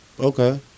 Okay